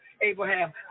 Abraham